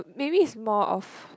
maybe it's more of